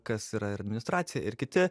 kas yra ir administracija ir kiti